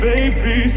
Baby